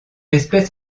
espèce